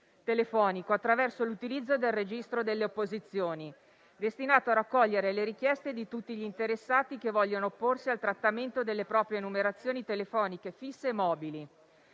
telefonico attraverso l'utilizzo del registro delle opposizioni, destinato a raccogliere le richieste di tutti gli interessati che vogliono opporsi al trattamento delle proprie numerazioni telefoniche fisse e mobili.